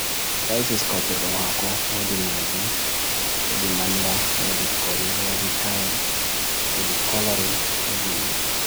Eyi, penguin ɗo ewi hoore-ɗo ngurndan ko tawa, tun nafi daande haɓre caɗeele ɗo woni. Ko penguin ko hoore-ɗo, seede ko en.